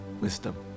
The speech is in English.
wisdom